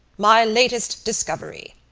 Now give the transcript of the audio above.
my latest discovery!